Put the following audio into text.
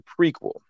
prequel